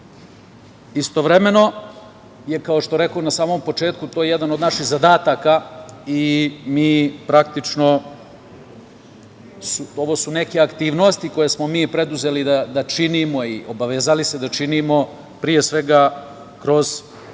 istovremeno je kao što rekoh na samom početku, to jedan od naših zadataka i mi praktično, ovo su neke aktivnosti koje smo mi preduzeli da činimo i obavezali se da činimo, pre svega kroz